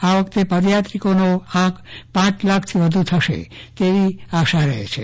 આ વખતે પદયાત્રિકોનો આંક પાંચ લાખ થી વ્ધુ થશે તેવી આશા રહે છે